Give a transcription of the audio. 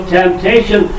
temptation